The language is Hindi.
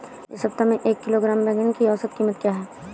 इस सप्ताह में एक किलोग्राम बैंगन की औसत क़ीमत क्या है?